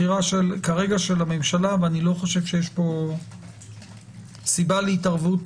בחירה של הממשלה ואיני חושב שיש פה סיבה להתערבות